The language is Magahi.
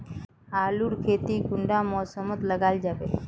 आलूर खेती कुंडा मौसम मोत लगा जाबे?